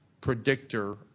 predictor